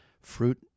fruit